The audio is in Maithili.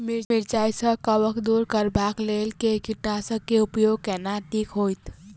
मिरचाई सँ कवक दूर करबाक लेल केँ कीटनासक केँ उपयोग केनाइ नीक होइत?